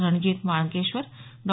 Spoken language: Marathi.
रणजीत माणकेश्वर डॉ